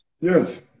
Yes